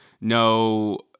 No